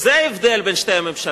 זה ההבדל בין שתי הממשלות.